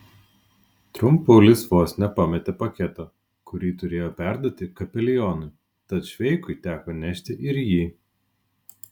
trumpulis vos nepametė paketo kurį turėjo perduoti kapelionui tad šveikui teko nešti ir jį